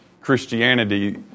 Christianity